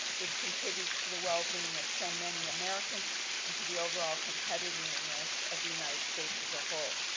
which contributes to the wellbeing of so many americans and to the overall competitiveness of the united states as a whole.